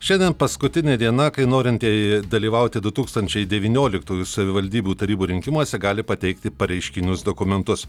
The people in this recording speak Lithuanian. šiandien paskutinė diena kai norintieji dalyvauti du tūkstančiai devynioliktųjų savivaldybių tarybų rinkimuose gali pateikti pareiškinius dokumentus